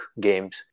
games